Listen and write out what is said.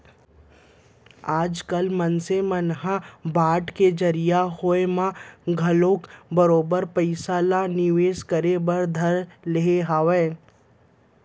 आजकाल मनसे मन ह बांड के जारी होय म घलौक बरोबर पइसा ल अपन निवेस करे बर धर ले हवय